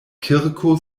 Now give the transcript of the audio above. kirko